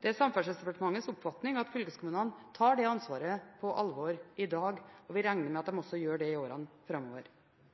Det er Samferdeselsdepartementets oppfatning at fylkeskommunene tar det ansvaret på alvor i dag, og vi regner med at de også gjør det i årene framover.